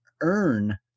earn